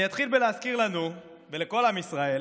אני אתחיל בלהזכיר לנו ולכל עם ישראל